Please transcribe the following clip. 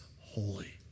holy